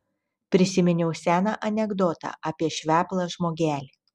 prisiminiau seną anekdotą apie šveplą žmogelį